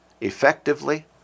effectively